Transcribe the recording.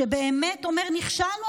שבאמת אומר: נכשלנו,